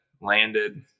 landed